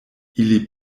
ili